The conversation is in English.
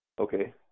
Okay